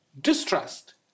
distrust